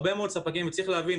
צריך להבין,